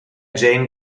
jane